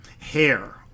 hair